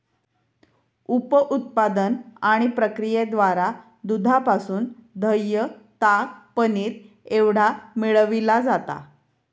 उप उत्पादन आणि प्रक्रियेद्वारा दुधापासून दह्य, ताक, पनीर एवढा मिळविला जाता